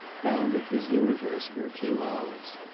bounded his universe for a few hours.